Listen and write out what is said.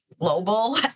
global